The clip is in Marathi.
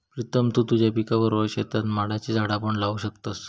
प्रीतम तु तुझ्या पिकाबरोबर शेतात माडाची झाडा पण लावू शकतस